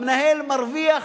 המנהל מרוויח